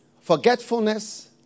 forgetfulness